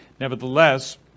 nevertheless